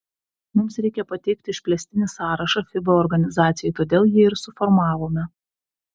mums reikia pateikti išplėstinį sąrašą fiba organizacijai todėl jį ir suformavome